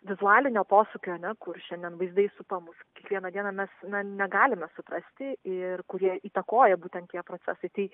vizualinio posūkio ar ne kur šiandien vaizdai supa mus kiekvieną dieną mes negalime suprasti ir kurie įtakoja būtent tie procesai tai